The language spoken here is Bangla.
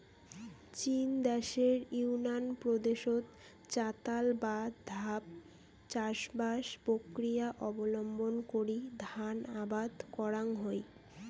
চীন দ্যাশের ইউনান প্রদেশত চাতাল বা ধাপ চাষবাস প্রক্রিয়া অবলম্বন করি ধান আবাদ করাং হই